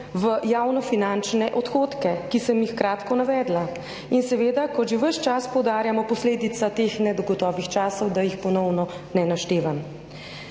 v javnofinančne odhodke, ki sem jih kratko navedla in seveda, kot že ves čas poudarjamo, posledica teh negotovih časov, da jih ponovno ne naštevam.